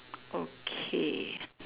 okay